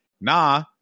nah